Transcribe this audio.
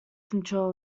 control